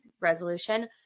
resolution